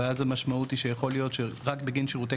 אבל אז המשמעות היא שיכול להיות שרק בגין שירותי